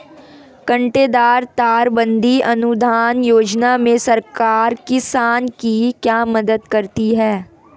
कांटेदार तार बंदी अनुदान योजना में सरकार किसान की क्या मदद करती है?